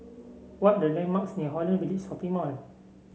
what are the landmarks near Holland Village Shopping Mall